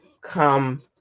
come